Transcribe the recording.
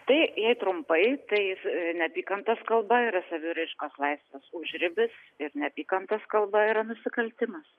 tai jei trumpai tais neapykantos kalba yra saviraiškos laisvės užribis ir neapykantos kalba yra nusikaltimas